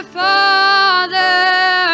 father